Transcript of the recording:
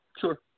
Sure